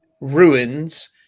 ruins